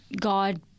God